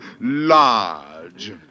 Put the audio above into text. large